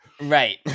right